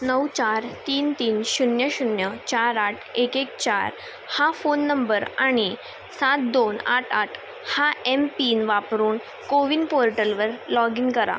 नऊ चार तीन तीन शून्य शून्य चार आठ एक एक चार हा फोन नंबर आणि सात दोन आठ आठ हा एमपिन वापरून कोविन पोर्टलवर लॉग इन करा